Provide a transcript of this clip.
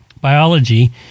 biology